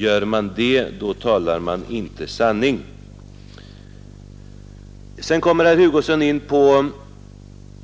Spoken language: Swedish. Gör man det så talar man inte sanning. Vidare kommer herr Hugosson in på